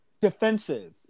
defensive